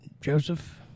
Joseph